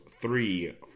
three